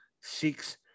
six